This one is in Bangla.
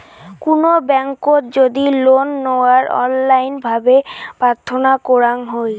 কুনো ব্যাংকোত যদি লোন নেওয়ার অনলাইন ভাবে প্রার্থনা করাঙ হই